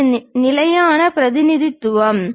இது நிலையான பிரதிநிதித்துவம்